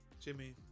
Jimmy